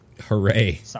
hooray